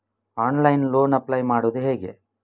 Online loan apply ಮಾಡುವುದು ಹೇಗೆ?